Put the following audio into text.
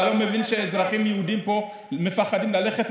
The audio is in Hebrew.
אתה לא מבין שאזרחים יהודים פה מפחדים ללכת,